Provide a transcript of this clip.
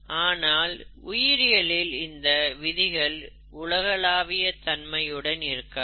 ஆனால் உயிரியலில் இந்த விதிகள் உலகளாவிய தன்மையுடன் இருக்காது